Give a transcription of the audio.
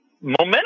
momentum